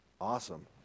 awesome